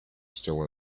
still